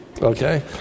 Okay